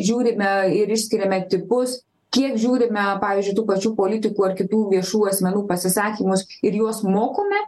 žiūrime ir išskiriame tipus kiek žiūrime pavyzdžiui tų pačių politikų ar kitų viešų asmenų pasisakymus ir juos mokome